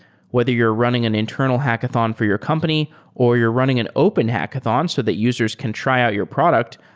whether you're running an internal hackathon for your company or you're running an open hackathon so that users can try out your product,